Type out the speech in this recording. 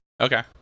Okay